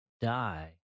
die